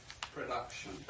production